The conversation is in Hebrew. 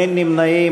אין נמנעים.